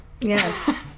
Yes